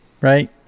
right